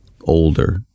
older